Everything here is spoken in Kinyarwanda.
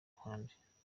ruhande